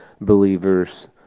believers